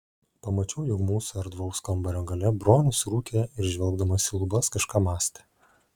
pamačiau jog mūsų erdvaus kambario gale bronius rūkė ir žvelgdamas į lubas kažką mąstė